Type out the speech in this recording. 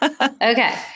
Okay